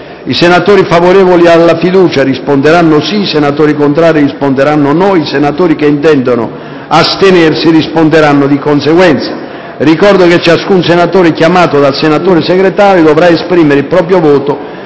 I senatori favorevoli alla fiducia risponderanno sì; i senatori contrari risponderanno no; i senatori che intendono astenersi risponderanno di conseguenza. Ricordo che ciascun senatore chiamato dal senatore segretario dovrà esprimere il proprio voto